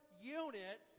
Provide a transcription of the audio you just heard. unit